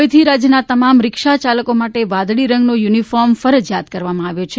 હવેથી રાજ્યના તમામ રીક્ષાચાલકો માટે વાદળી રંગનો યુનિફોર્મ ફરજિયાત કરવામાં આવ્યો છે